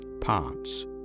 parts